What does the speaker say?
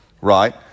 right